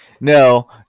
No